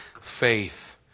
faith